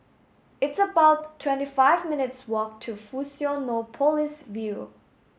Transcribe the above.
it's about twenty five minutes' walk to Fusionopolis View